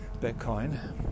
Bitcoin